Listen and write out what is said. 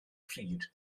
pryd